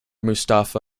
mustafa